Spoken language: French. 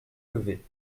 levé